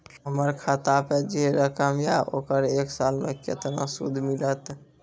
हमर खाता पे जे रकम या ओकर एक साल मे केतना सूद मिलत?